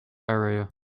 area